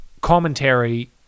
commentary